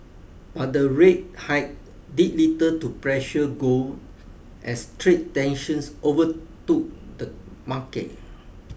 but the rate hike did little to pressure gold as trade tensions overtook the market